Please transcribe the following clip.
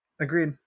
Agreed